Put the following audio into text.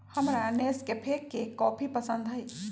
हमरा नेस्कैफे के कॉफी पसंद हई